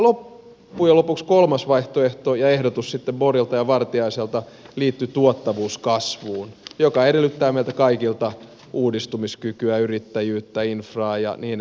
loppujen lopuksi kolmas vaihtoehto ja ehdotus borgilta ja vartiaiselta liittyy tuottavuuskasvuun joka edellyttää meiltä kaikilta uudistumiskykyä yrittäjyyttä infraa ja niin edespäin